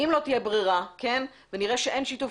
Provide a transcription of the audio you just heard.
אם לא תהיה ברירה ונראה שאין שיתוף